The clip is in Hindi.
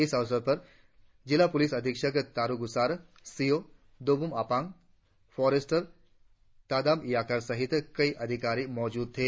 इस अवसर पर जिला पुलिस अधीक्षक Taru Gusar C O Dubom Apang forester Tadam Yakar सहित कई अधिकारी मौजूद थे